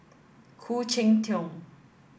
Khoo Cheng Tiong